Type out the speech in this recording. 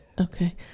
Okay